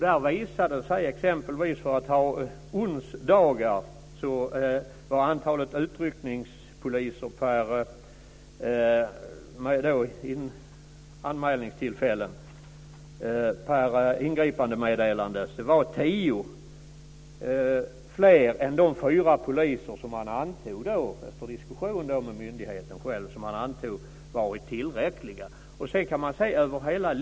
Om man som exempel tar onsdagar så visade det sig att antalet uttryckningspoliser per anmälningstillfälle, per ingripandemeddelande, var tio fler än de fyra poliser som man efter diskussion med myndigheten själv antog varit tillräckliga.